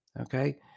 okay